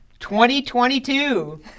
2022